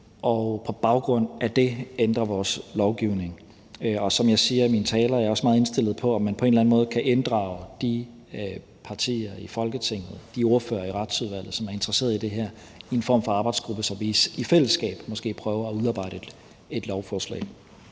og på baggrund af det ændre vores lovgivning. Og som jeg siger i min tale, er jeg også meget indstillet på at se på, om man på en eller anden måde kan inddrage de partier i Folketinget og de ordførere i Retsudvalget, som er interesserede i det her, i en form for arbejdsgruppe, så vi i fællesskab måske prøver at udarbejde et lovforslag.